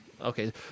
okay